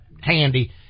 handy